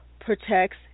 protects